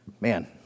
Man